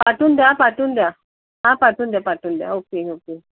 पाठवून द्या पाठवून द्या हां पाठवून द्या पाठवून द्या ओके ओके